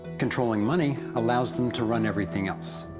controlling money allows them to run anything else.